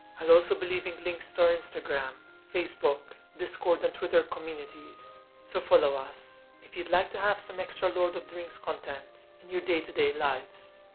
i'll also be leaving links to our instagram, facebook, discord and twitter communities, so follow us if you'd like to have some extra lord of the rings content in your day to day lives.